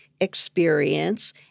experience